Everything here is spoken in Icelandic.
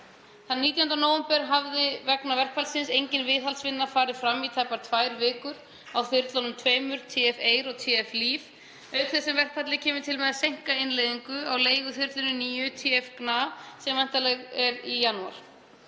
Þann 19. nóvember hafði vegna verkfallsins engin viðhaldsvinna farið fram í tæpar tvær vikur á þyrlunum tveimur TF-EIR og TF-LÍF, auk þess sem verkfallið kemur til með að seinka innleiðingu á leiguþyrlunni nýju, TF-GNÁ, sem væntanleg er í janúar.